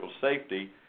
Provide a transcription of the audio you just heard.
safety